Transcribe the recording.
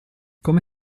come